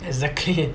exactly